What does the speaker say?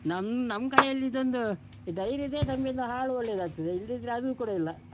ನಮ್ಮ ನಮ್ಮ ಕಡೆಯಲ್ಲಿ ಇದೊಂದು ಡೈರಿ ಇದೆ ದರ್ಮ್ಯದ ಹಾಲು ಒಳ್ಳೆಯದಾಗ್ತದೆ ಇಲ್ಲದಿದ್ರೆ ಅದು ಕೂಡ ಇಲ್ಲ